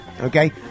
Okay